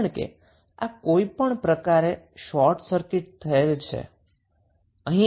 કારણ કે આ કોઈપણ પ્રકારે શોર્ટ સર્કિટ થયેલ છે